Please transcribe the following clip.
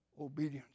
obedience